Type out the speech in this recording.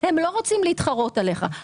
הם לא רוצים להתחרות עליך.